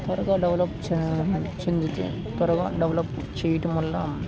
త్వరగా డెవలప్ చే చెంది త్వరగా డెవలప్ చేయటం వల్ల